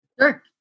Sure